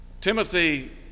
Timothy